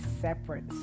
separate